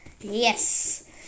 Yes